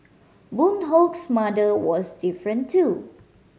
Boon Hock's mother was different too